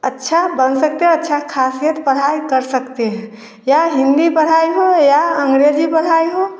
अच्छा बन सकते हैं अच्छा खासियत पढ़ाई कर सकते हैं या हिन्दी पढ़ाई हो याअंग्रेजी पढ़ाई हो